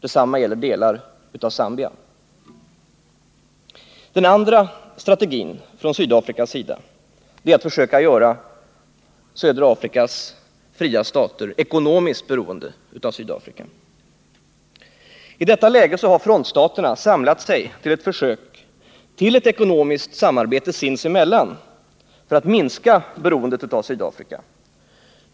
Detsamma gäller delar av Zambia. Den andra strategin från Sydafrikas sida är att försöka göra södra Afrikas fria stater ekonomiskt beroende av Sydafrika. I detta läge har frontstaterna samlat sig till ett försök till ekonomiskt samarbete sinsemellan för att minska beroendet av Sydafrika.